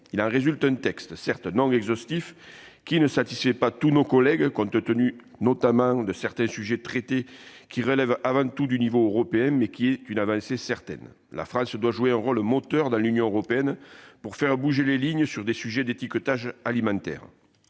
Il en résulte un texte, certes non exhaustif, qui ne satisfait pas tous nos collègues, compte tenu notamment de certains sujets traités qui relèvent avant tout du niveau européen, mais qui représente une avancée certaine. La France doit jouer un rôle moteur dans l'Union européenne pour faire bouger les lignes sur ces sujets d'étiquetage alimentaire.